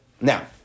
Now